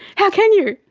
how can you?